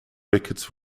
wickets